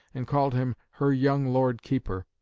and called him her young lord keeper.